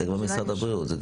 זה כבר משרד הבריאות.